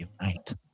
unite